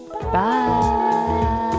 Bye